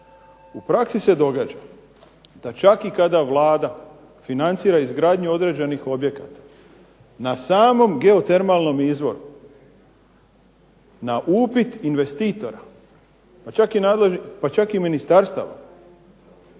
U praksi se događa da čak i kada Vlada financira izgradnju određenih objekata, na samom geotermalnom izvoru, na upit investitora, pa čak i ministarstava